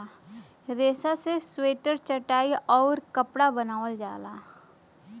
रेसा से स्वेटर चटाई आउउर कपड़ा बनावल जाला